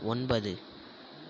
ஒன்பது